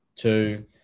Two